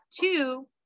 two